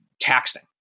taxing